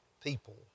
people